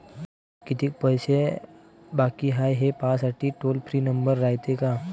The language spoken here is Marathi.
खात्यात कितीक पैसे बाकी हाय, हे पाहासाठी टोल फ्री नंबर रायते का?